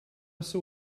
saw